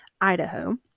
Idaho